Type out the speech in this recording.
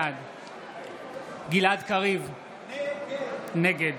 בעד גלעד קריב, נגד